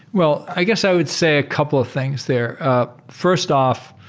well, i guess i would say a couple of things there. ah first off,